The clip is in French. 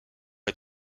est